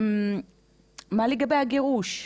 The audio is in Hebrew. מה לגבי הגירוש,